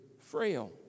frail